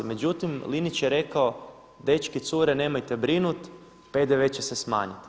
Međutim, Linić je rekao dečki, cure nemojte brinut PDV će se smanjit.